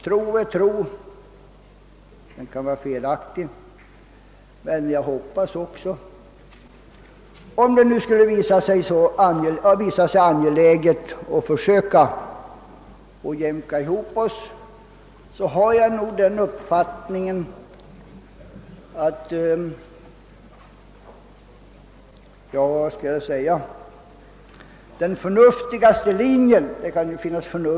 Tro är tro — den kan vara felaktig — men om det nu skulle visa sig angeläget att försöka jämka ihop oss, så har jag nog den uppfattningen, att — vad skall jag säga — den förnuftigaste linjen ändå kommer att segra.